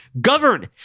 govern